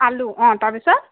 আলু অঁ তাৰপিছত